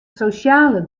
sosjale